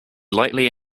lightly